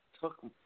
took